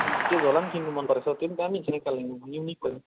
त्यो झोला पनि किन्नु मनपरेको छ हौ त्यो पनि दामी हुन्छ नि कालिम्पोङको युनिक हो नि